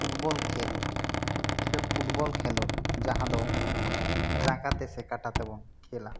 football ᱠᱷᱮᱞ ᱥᱮ football ᱠᱷᱮᱞᱳᱰ ᱢᱟᱦᱟᱸ ᱫᱚ ᱟᱵᱚ ᱡᱟᱸᱜᱟ ᱛᱮ ᱥᱮ ᱠᱟᱴᱟ ᱛᱮ ᱵᱚᱱ ᱠᱷᱮᱞᱟ